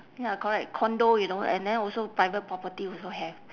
ya correct condo you know and then also private property also have